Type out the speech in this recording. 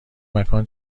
مکان